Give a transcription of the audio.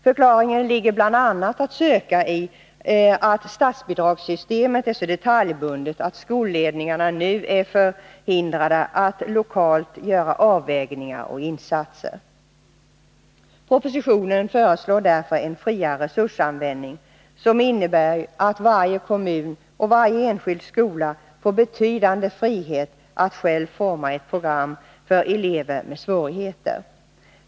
Förklaringen är bl.a. att söka i att statsbidragssystemet är så detaljbundet, att skolledningarna nu är förhindrade att lokalt göra avvägningar och insatser. Propositionen föreslår därför en friare resursanvändning, som innebär att varje kommun och varje enskild skola får betydande frihet att själv forma ett program för elever med svårigheter.